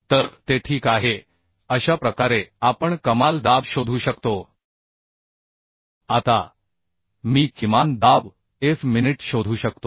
तर ते ठीक आहे तर अशा प्रकारे आपण कमाल दाब शोधू शकतो आता मी किमान दाब f मिनिट शोधू शकतो